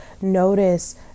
Notice